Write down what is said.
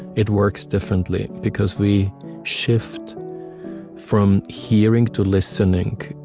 it works differently because we shift from hearing to listening,